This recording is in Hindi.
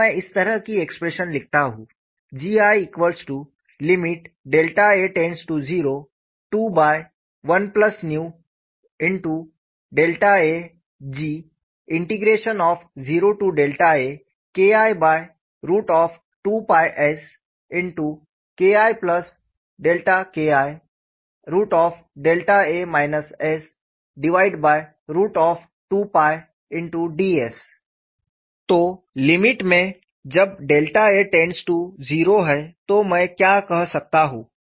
अगर मैं इस तरह की एक्सप्रेशन लिखता हूं GIa021a G0aKI2sKIKIa s2ds तो लिमिट में जब a0 है तो मैं क्या कह सकता हूं